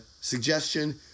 suggestion